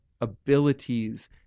abilities